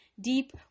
deep